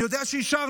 אני יודע שאישרנו.